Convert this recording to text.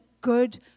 good